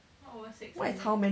what is how many